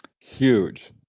Huge